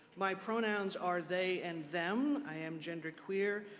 my pronouns are they and them. i am genderqueer,